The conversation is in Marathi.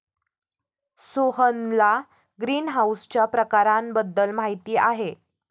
सोहनला ग्रीनहाऊसच्या प्रकारांबद्दल माहिती आहे